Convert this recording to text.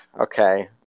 okay